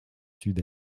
sud